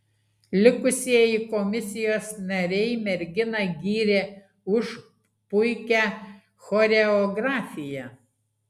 likusieji komisijos nariai merginą gyrė už puikią choreografiją